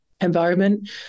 environment